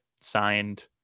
signed